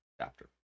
chapter